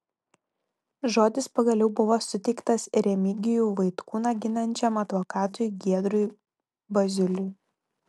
žodis pagaliau buvo suteiktas remigijų vaitkūną ginančiam advokatui giedriui baziuliui